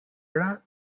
bra